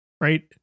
right